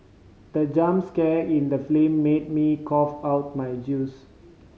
the jump scare in the film made me cough out my juice